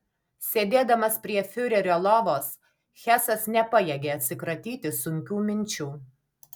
sėdėdamas prie fiurerio lovos hesas nepajėgė atsikratyti sunkių minčių